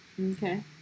Okay